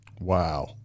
Wow